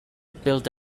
build